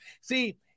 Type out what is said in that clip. See